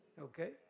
Okay